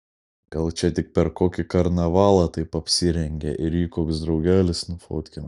gal čia tik per kokį karnavalą taip apsirengė ir jį koks draugelis nufotkino